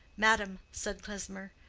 madam, said klesmer,